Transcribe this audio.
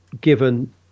given